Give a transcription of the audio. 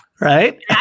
right